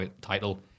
title